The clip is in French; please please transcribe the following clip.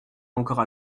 encore